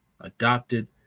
adopted